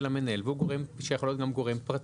המנהל והוא גורם שיכול להיות גם גורם פרטי.